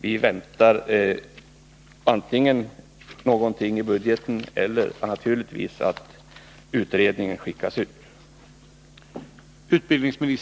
Vi väntar oss antingen ett förslag i budgeten eller, naturligtvis, att utredningen skickas ut på remiss.